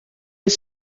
est